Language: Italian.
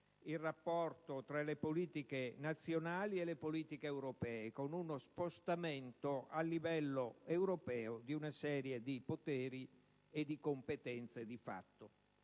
il rapporto tra le politiche nazionali e quelle europee, con uno spostamento a livello europeo di una serie di poteri e di competenze di fatto.